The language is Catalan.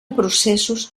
processos